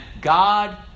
god